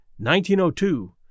1902